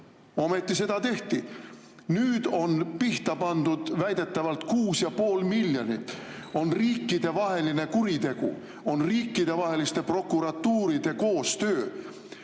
Ometi seda tehti. Nüüd on pihta pandud väidetavalt 6,5 miljonit, on riikidevaheline kuritegu, on riikidevaheliste prokuratuuride koostöö